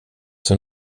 som